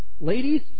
Ladies